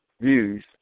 views